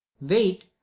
wait